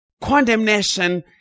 Condemnation